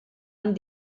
amb